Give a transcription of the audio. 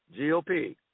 GOP